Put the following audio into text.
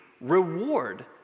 reward